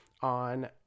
on